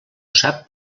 sap